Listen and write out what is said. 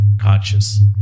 conscious